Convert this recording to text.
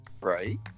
Right